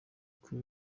kuri